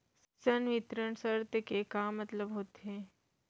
संवितरण शर्त के का मतलब होथे?